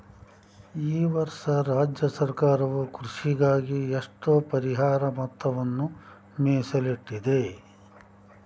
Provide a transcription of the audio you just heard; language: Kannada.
ಈ ವರ್ಷ ರಾಜ್ಯ ಸರ್ಕಾರವು ಕೃಷಿಗಾಗಿ ಎಷ್ಟು ಪರಿಹಾರ ಮೊತ್ತವನ್ನು ಮೇಸಲಿಟ್ಟಿದೆ?